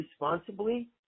responsibly